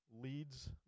leads